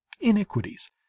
iniquities